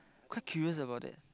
quite curious about that